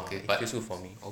feels good for me